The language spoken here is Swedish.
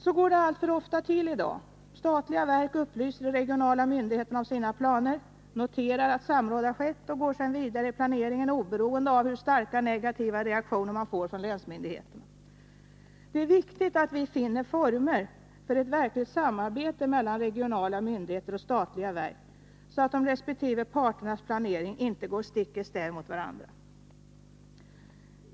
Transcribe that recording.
Så går det alltför ofta till i dag: Statliga verk upplyser de regionala myndigheterna om sina planer, noterar att samråd har skett och går sedan vidare i planeringen, oberoende av hur starka negativa reaktioner man får från länsmyndigheterna. Det är viktigt att vi finner former för ett verkligt samarbete mellan regionala myndigheter och statliga verk så att de resp. parternas planering inte går stick i stäv mot varandra.